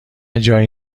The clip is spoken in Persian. جایی